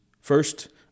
First